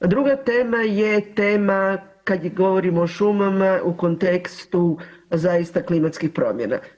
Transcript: Druga tema je tema kad govorimo o šumama u kontekstu zaista klimatskih promjena.